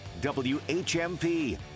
whmp